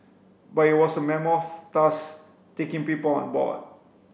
but it was a mammoth task taking people on board